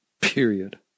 period